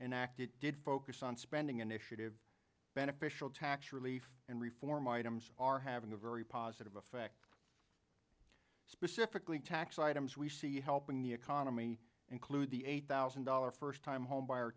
it did focus on spending initiatives beneficial tax relief and reform items are having a very positive effect specifically tax items we see helping the economy include the eight thousand dollars first time home